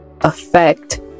affect